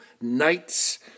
nights